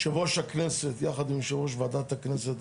יושב ראש הכנסת יחד עם יושב ראש ועדת הכנסת,